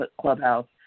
Clubhouse